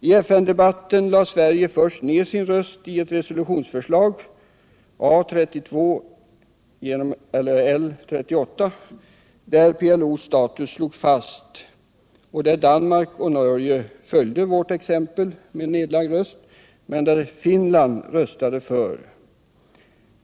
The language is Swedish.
I FN-debatten lade Sverige först ned sin röst i ett resolutionsförslag , där PLO:s status slogs fast. Danmark och Norge följde Sveriges exempel och lade ned sina röster, medan Finland röstade för resolutionen.